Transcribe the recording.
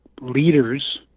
leaders